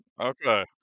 Okay